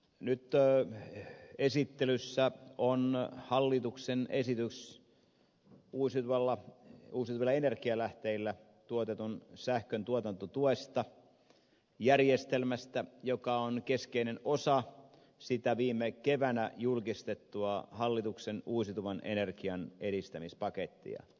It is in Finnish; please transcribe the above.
nyt esittelyssä on hallituksen esitys uusiutuvilla energialähteillä tuotetun sähkön tuotantotuesta järjestelmästä joka on keskeinen osa sitä viime keväänä julkistettua hallituksen uusiutuvan energian edistämispakettia